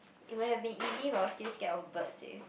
it would have been easy if I was still scared of birds eh